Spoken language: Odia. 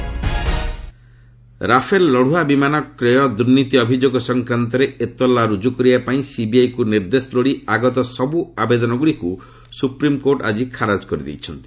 ରାଫେଲ୍ ଡିଲ୍ ସୁପ୍ରିମକୋର୍ଟ ରାଫେଲ ଲଢୁଆ ବିମାନ କ୍ରୟ ଦୁର୍ନୀତି ଅଭିଯୋଗ ସଂକ୍ରାନ୍ତରେ ଏତଲା ରୁଜୁ କରିବା ପାଇଁ ସିବିଆଇକୁ ନିର୍ଦ୍ଦେଶ ଲୋଡି ଆଗତ ସବୁ ଆବେଦନଗୁଡ଼ିକୁ ସୁପ୍ରିମକୋର୍ଟ ଆକି ଖାରଜ କରିଦେଇଛନ୍ତି